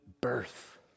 birth